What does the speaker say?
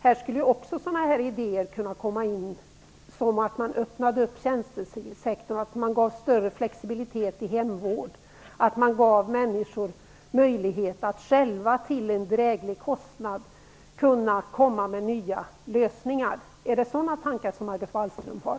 Här skulle ju också sådana idéer kunna komma in som att man öppnade upp tjänstesektorn och ökade flexibiliteten i hemvården, så att människor själva fick möjlighet att finna nya lösningar till en lägre kostnad. Är det sådana tankar Margot Wallström har?